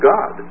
God